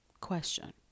Question